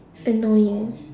annoying